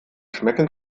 schmecken